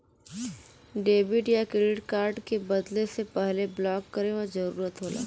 debit या credit card के बदले से पहले ब्लॉक करे क जरुरत होला